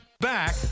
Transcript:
Back